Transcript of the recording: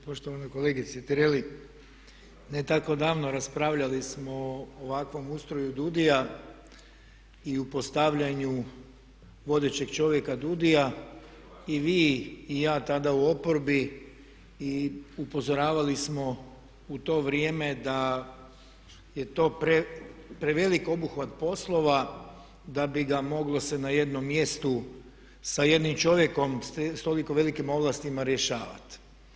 Poštovana kolegice Tireli ne tako davno raspravljali smo o ovakvom ustroju DUUDI-ja i u postavljanju vodećeg čovjeka DUUDI-ja i vi i ja tada u oporbi i upozoravali smo u to vrijeme da je to prevelik obuhvat poslova da bi ga moglo se na jednom mjestu sa jednim čovjekom s toliko velikim ovlastima rješavati.